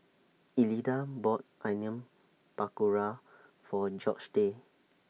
Elida bought Onion Pakora For Georgette